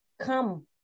come